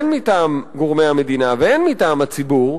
הן מטעם גורמי המדינה והן מטעם הציבור,